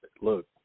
look